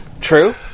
true